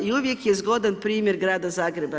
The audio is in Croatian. I uvijek je zgodan primjer Grada Zagreba.